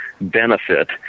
benefit